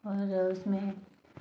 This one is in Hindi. और उसमें